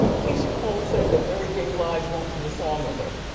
keyshia cole said that mary j. blige won't do a song with her.